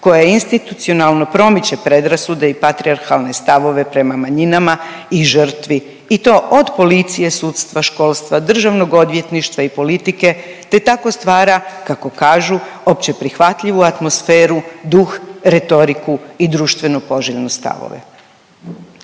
koja institucionalno promiče predrasude i patrijarhalne stavove prema manjinama i žrtvi i to od policije, sudstva, školstva, državnog odvjetništva i politike, te tako stvara kako kažu općeprihvatljivu atmosferu, duh, retoriku i društveno poželjne stavove.